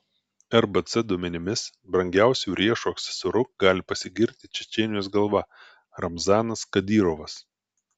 rbc duomenimis brangiausiu riešo aksesuaru gali pasigirti čečėnijos galva ramzanas kadyrovas